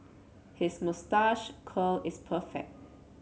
his moustache curl is perfect